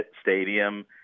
stadium